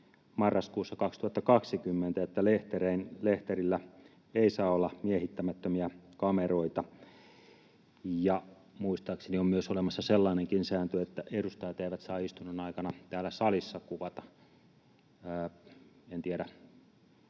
marraskuussa 2020, että lehterillä ei saa olla miehittämättömiä kameroita. Muistaakseni on myös olemassa sellainenkin sääntö, että edustajat eivät saa istunnon aikana täällä salissa kuvata. En tiedä,